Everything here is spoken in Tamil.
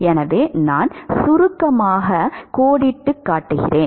எனவே நான் சுருக்கமாக கோடிட்டுக் காட்டுகிறேன்